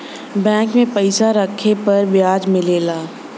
bank में पइसा रखे पर बियाज मिलला